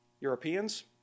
Europeans